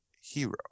hero